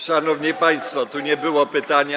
Szanowni państwo, tu nie było pytania.